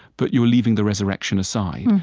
but you're leaving the resurrection aside,